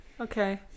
Okay